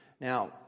Now